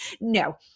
No